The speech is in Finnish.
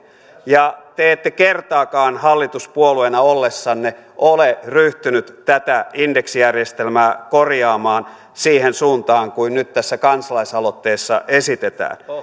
ja te ette kertaakaan hallituspuolueena ollessanne ole ryhtyneet tätä indeksijärjestelmää korjaamaan siihen suuntaan kuin nyt tässä kansalaisaloitteessa esitetään